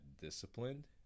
disciplined